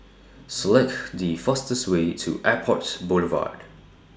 Select The fastest Way to Airport Boulevard